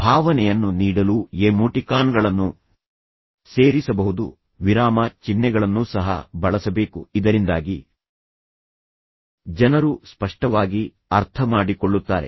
ಭಾವನೆಯನ್ನು ನೀಡಲು ಎಮೋಟಿಕಾನ್ಗಳನ್ನು ಸೇರಿಸಬಹುದು ವಿರಾಮ ಚಿಹ್ನೆಗಳನ್ನು ಸಹ ಬಳಸಬೇಕು ಇದರಿಂದಾಗಿ ಜನರು ಸ್ಪಷ್ಟವಾಗಿ ಅರ್ಥಮಾಡಿಕೊಳ್ಳುತ್ತಾರೆ